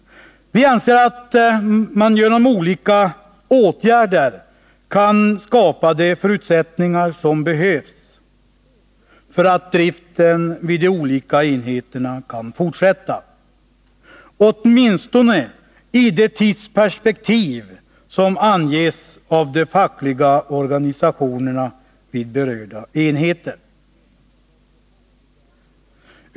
Vi anser också att man genom olika åtgärder kan skapa de förutsättningar som behövs för att driften vid de olika enheterna skall kunna fortsätta, åtminstone i de tidsperspektiv som anges av de fackliga organisationerna vid berörda enheter.